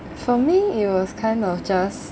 for me it was kind of just